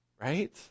Right